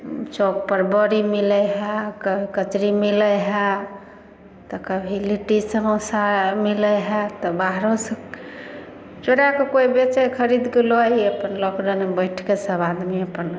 चौक पर बड़ी मिलै हइ कचड़ी मिलै हइ तऽ कभी लिट्टी समोसा मिलै हइ तऽ बाहरो सँ चोरा कऽ कोइ बेचै खरीद कऽ लै अनली अपन लॉकडाउनमे बैठ कऽ सब आदमी अपन